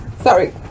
Sorry